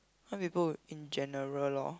some people in general lor